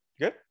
Good